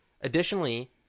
Additionally